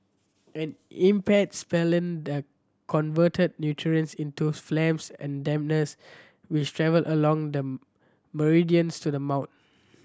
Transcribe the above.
an impaired spleen the convert nutrients into phlegm and dampness which travel along the meridians to the mouth